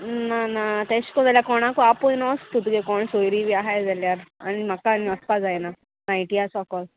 ना ना तेश को जाल्यार कोणाकूय आपोन वोस तूं तुगे कोण सोयरी बी आहाय जाल्यार आनी म्हाका आनी वचपा जायना नायटीया सकोल